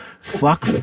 fuck